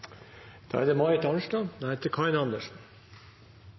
da er det de